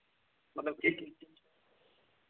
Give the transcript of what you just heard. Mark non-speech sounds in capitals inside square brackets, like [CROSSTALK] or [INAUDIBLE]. [UNINTELLIGIBLE]